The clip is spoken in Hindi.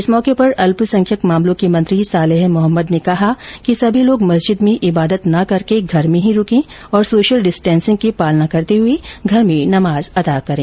इस मौके पर अल्पसंख्यक मामलों के मंत्री सालेह मोहम्मद ने कहा है कि सभी लोग मस्जिद में इबादत न करके घर में ही रूके और सोशल डिस्टेसिंग की पालना करते हुए घर में नमाज अदा करें